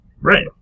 Right